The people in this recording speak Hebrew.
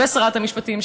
ושרת המשפטים,